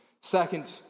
Second